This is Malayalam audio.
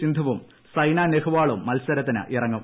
സിന്ധുവും സൈനാ നെഹ്വാളും മത്സരത്തിനിറങ്ങും